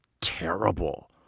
terrible